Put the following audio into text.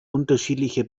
unterschiedliche